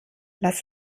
lass